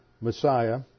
Messiah